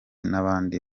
n’abandi